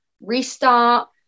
restart